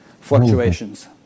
fluctuations